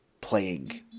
playing